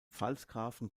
pfalzgrafen